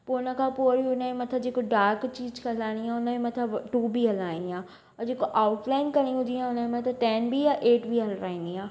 पोइ उन खां पोइ वरी उन जे मथां जेका डार्क चीज़ कराइणी आहे उन जे मथां टू बी हलाइणी आहे ऐं जेको आऊट लाइन करिणी हूंदी आहे उन जे मथां टेन बी या एट बी हलराइणी आहे